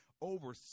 Over